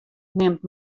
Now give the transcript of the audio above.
nimt